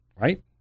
Right